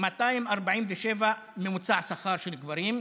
8,247 ממוצע השכר של גברים,